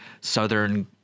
Southern